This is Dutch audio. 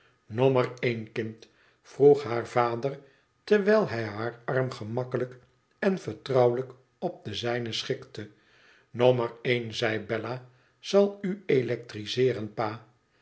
nommer een kind vrog haar vader terwijl hij haar arm gemakkelijk en vertrouwelijk op den zijnen schikte nommer een zei bella zal u electriseeren pa